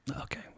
okay